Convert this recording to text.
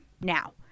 now